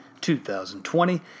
2020